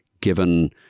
given